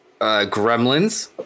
Gremlins